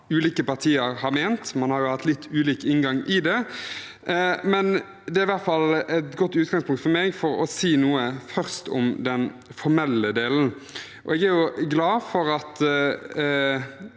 ulike partiene har ment, man har jo hatt litt ulik inngang i det. Det er i hvert fall et godt utgangspunkt for meg for først å si noe om den formelle delen. Jeg er glad for at